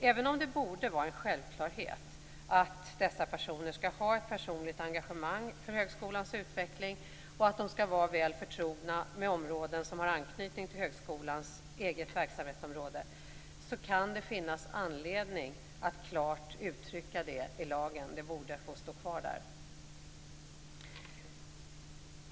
Även om det borde vara en självklarhet att dessa personer skall ha ett personligt engagemang för högskolans utveckling och att de skall vara väl förtrogna med områden som har anknytning till högskolans eget verksamhetsområde, kan det finnas anledning att klart uttrycka det i lagen, och det borde få stå kvar där.